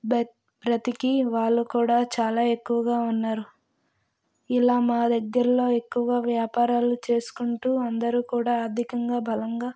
బ్రతి బ్రతికి వాళ్లు కూడా చాలా ఎక్కువగా ఉన్నారు ఇలా మా దగ్గర ఎక్కువగా వ్యాపారాలు చేసుకుంటూ అందరూ కూడా ఆర్థికంగా బలంగా